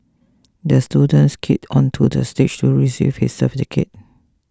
the student skated onto the stage to receive his certificate